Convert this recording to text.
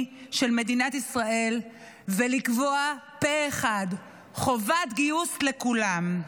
של מדינת ישראל ולקבוע פה אחד: חובת גיוס לכולם.